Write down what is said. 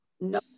no